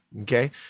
okay